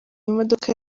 imodoka